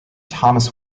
thomas